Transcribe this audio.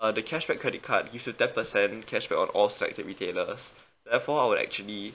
uh the cashback credit card is a ten percent cashback on all sites and retailers therefore our actually